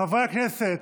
חברי הכנסת.